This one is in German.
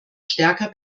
stärker